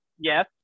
yes